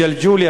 ג'לג'וליה,